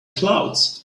clouds